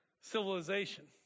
civilization